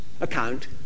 account